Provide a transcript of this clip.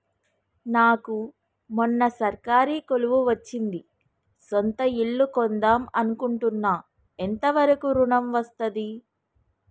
నాకు మొన్న సర్కారీ కొలువు వచ్చింది సొంత ఇల్లు కొన్దాం అనుకుంటున్నా ఎంత వరకు ఋణం వస్తది?